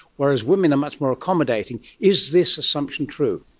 whereas women are much more accommodating. is this assumption true?